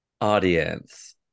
audience